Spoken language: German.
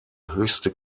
höchste